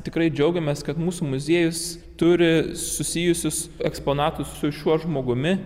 tikrai džiaugiamės kad mūsų muziejus turi susijusius eksponatų su šiuo žmogumi